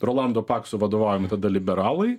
rolando pakso vadovaujami tada liberalai